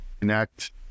connect